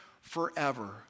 forever